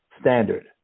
standard